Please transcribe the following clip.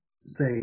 say